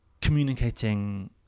communicating